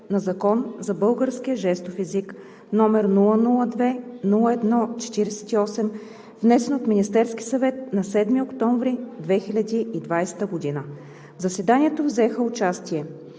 за българския жестов език, № 002-01-48, внесен от Министерския съвет на 7 октомври 2020 г. В заседанието взеха участие: